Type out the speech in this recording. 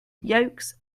yolks